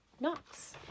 knocks